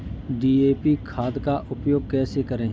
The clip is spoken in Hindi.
डी.ए.पी खाद का उपयोग कैसे करें?